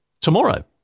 tomorrow